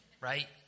right